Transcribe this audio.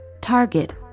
target